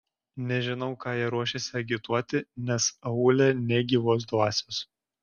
nežinau ką jie ruošiasi agituoti nes aūle nė gyvos dvasios